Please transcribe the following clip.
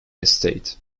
estate